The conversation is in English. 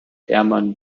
herman